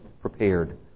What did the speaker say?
prepared